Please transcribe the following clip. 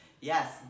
Yes